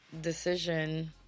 decision